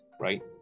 right